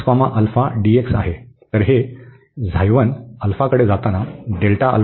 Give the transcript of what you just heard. तर हे जेव्हा